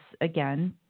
again